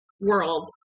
world